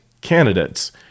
candidates